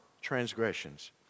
transgressions